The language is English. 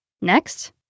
next